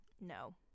no